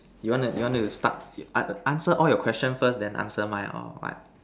you want to you want to start an answer all your question first then answer mine or what